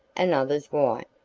and others white.